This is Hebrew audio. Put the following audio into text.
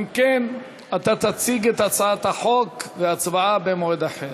אם כן, אתה תציג את הצעת החוק, וההצבעה במועד אחר.